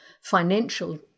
financial